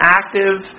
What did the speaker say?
active